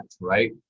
right